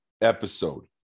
episode